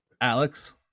Alex